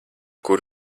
kur